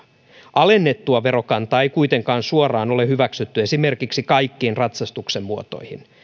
alennettua verokantaa ei kuitenkaan suoraan ole hyväksytty esimerkiksi kaikkiin ratsastuksen muotoihin